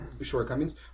shortcomings